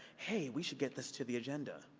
hey, we should get this to the agenda.